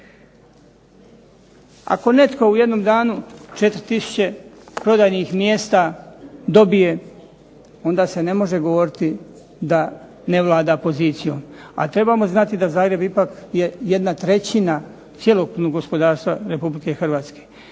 Ako netko u jednom danu 4 tisuće prodajnih mjesta dobije onda se ne može govoriti da ne vlada pozicijom. A trebamo znati da Zagreb ipak je 1/3 cjelokupnog gospodarstva RH. Zato